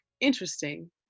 interesting